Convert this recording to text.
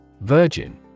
Virgin